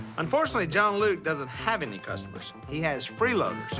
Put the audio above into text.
unfortunately, john luke doesn't have any customers. he has freeloaders.